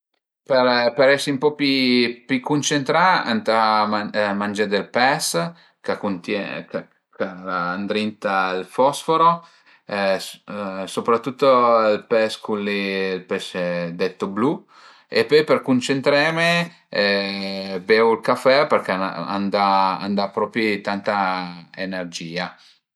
Për për esi ën po pi cuncentrà ëntà mangé del pes ch'a cuntien ch'al a ëndrinta ël fosforo soprattutto ël pes cul li il pesce detto blu e pöi për cuncentreme bevu ël café përché a m'da a m'da propi tanta energìa